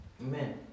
Amen